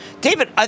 David